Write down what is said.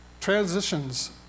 transitions